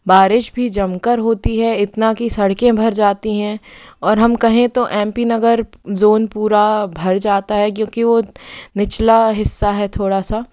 बारिश भी जम कर होती है इतना कि सड़कें भर जाती है और हम कहें तो एम पी नगर ज़ोन पुरा भर जाता है क्योंकि वो निचला हिस्सा है थोड़ा सा